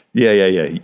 yeah, yeah, yeah.